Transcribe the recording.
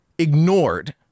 ignored